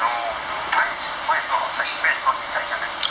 no no mine is mine is not outside mine is not inside camp already